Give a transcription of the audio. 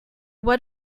what